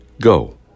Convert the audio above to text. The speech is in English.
Go